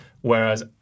whereas